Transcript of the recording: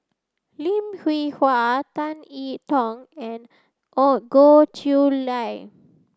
Lim Hwee Hua Tan it Tong and Goh Chiew Lye